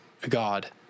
God